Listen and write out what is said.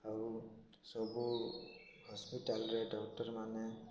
ଆଉ ସବୁ ହସ୍ପିଟାଲରେ ଡକ୍ଟର ମାନେ